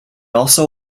also